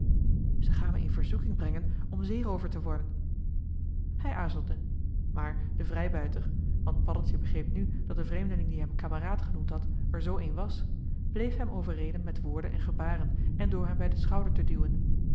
ze gaan me in verzoeking brengen om zeeroover te worden hij aarzelde maar de vrijbuiter want paddeltje begreep nu dat de vreemdeling die hem kameraad genoemd had er zoo een was bleef hem overreden met woorden joh h been paddeltje de scheepsjongen van michiel de ruijter en gebaren en door hem bij den schouder te duwen